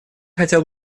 хотел